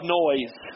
noise